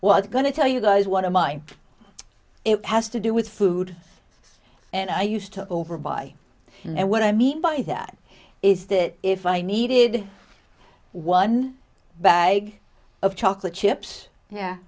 was going to tell you guys what to mine it has to do with food and i used to over buy and what i mean by that is that if i needed one bag of chocolate chips yeah